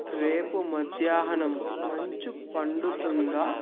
రేపు మధ్యాహ్నం మంచు పండుతుందా